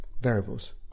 variables